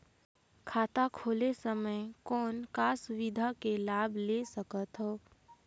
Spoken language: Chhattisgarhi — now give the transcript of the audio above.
खाता खोले समय कौन का सुविधा के लाभ ले सकथव?